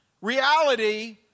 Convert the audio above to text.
reality